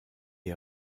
est